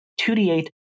2d8